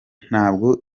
ntabwo